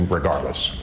regardless